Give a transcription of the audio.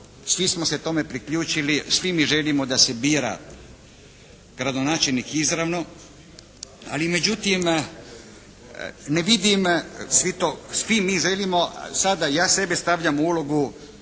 svi smo se tome priključili, svi mi želimo da se bira gradonačelnik izravno, ali međutim ne vidim svi to, svi mi želimo, sada ja sebe stavljam u ulogu